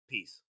Peace